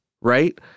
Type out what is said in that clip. right